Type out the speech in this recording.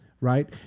right